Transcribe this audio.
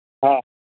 हा